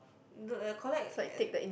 d~ uh collect at